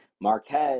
Marquez